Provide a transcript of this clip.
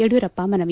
ಯಡಿಯೂರಪ್ಪ ಮನವಿ